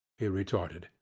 he retorted.